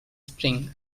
spring